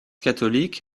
catholique